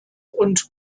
und